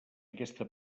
aquesta